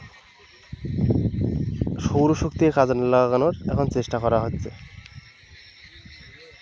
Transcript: সৌরশক্তিকে কাজে লাগানোর এখন চেষ্টা করা হচ্ছে